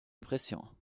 pression